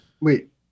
Wait